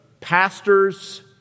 pastors